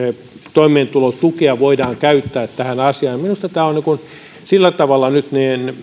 toimeentulotukea voidaan käyttää tähän asiaan minusta tämä on sillä tavalla nyt